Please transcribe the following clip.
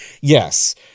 yes